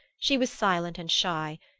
she was silent and shy,